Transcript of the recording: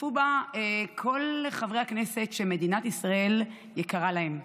והשתתפו בה כל חברי הכנסת שמדינת ישראל יקרה להם.